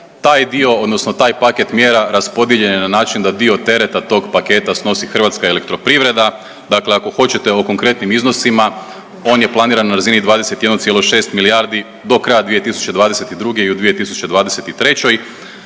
Taj dio odnosno taj paket mjera raspodijeljen je na način da dio tereta tog paketa snosi hrvatska elektroprivreda, dakle ako hoćete o konkretnim iznosima on je planiran na razini 21,6 milijardi do kraja 2022. i u 2023.